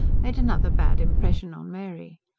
made another bad impression on mary.